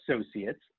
associates